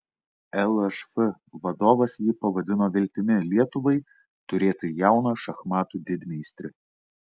lšf vadovas jį pavadino viltimi lietuvai turėti jauną šachmatų didmeistrį